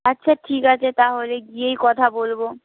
আচ্ছা ঠিক আছে তাহলে গিয়েই কথা বলব